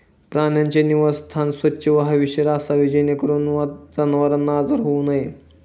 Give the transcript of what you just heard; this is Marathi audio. प्राण्यांचे निवासस्थान स्वच्छ व हवेशीर असावे जेणेकरून जनावरांना आजार होऊ नयेत